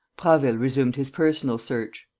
prasville resumed his personal search.